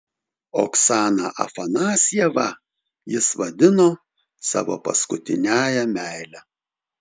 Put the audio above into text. oksaną afanasjevą jis vadino savo paskutiniąja meile